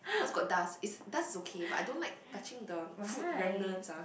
cause got dust is dust is okay but I don't like touching the food remnants ah